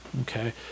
Okay